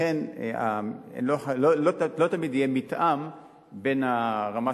לכן לא תמיד יהיה מתאם בין הרמה